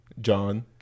John